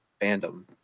fandom